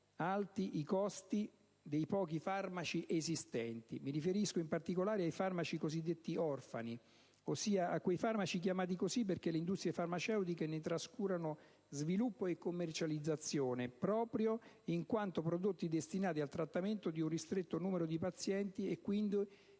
alti sono quelli dei pochi farmaci esistenti. Mi riferisco, in particolare, ai farmaci orfani, così definiti perché le industrie farmaceutiche ne trascurano sviluppo e commercializzazione proprio in quanto prodotti destinati al trattamento di un ristretto numero di pazienti, e quindi